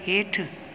हेठि